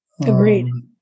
Agreed